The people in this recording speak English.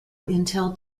intel